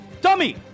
Dummy